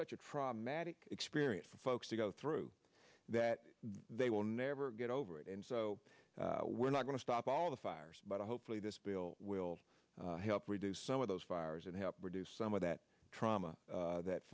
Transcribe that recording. such a traumatic experience for folks to go through that they will never get over it and so we're not going to stop all the fires but hopefully this bill will help reduce some of those fires and help reduce some of that trauma that